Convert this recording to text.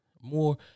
more